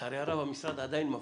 לצערי הרב המשרד עדיין מפלה.